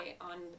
on